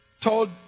told